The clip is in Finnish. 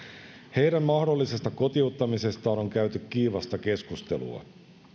heidän mahdollisesta kotiuttamisestaan on käyty kiivasta keskustelua